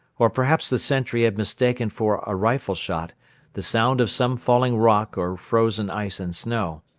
or perhaps the sentry had mistaken for a rifle shot the sound of some falling rock or frozen ice and snow.